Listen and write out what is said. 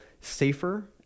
safer